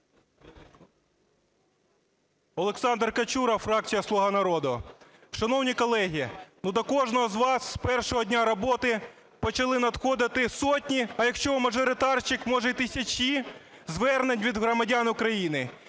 Олександр Качура, фракція "Слуга народу". Шановні колеги, до кожного з вас з першого дня роботи почали надходити сотні, а якщо мажоритарщик, може й тисячі звернень від громадян України.